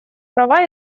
права